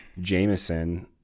Jameson